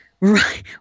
Right